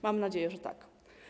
Mam nadzieję, że tak.